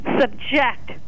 subject